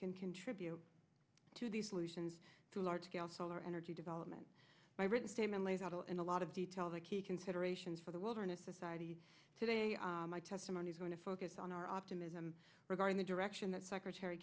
can contribute to the solutions to large scale solar energy development by written statement lays out all in a lot of detail the key considerations for the wilderness society today my testimony is going to focus on our optimism regarding the direction that secretary